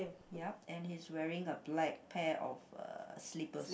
yup and he's wearing a black pair of uh slippers